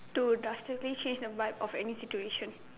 to drastically change the vibe of any situation